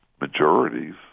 majorities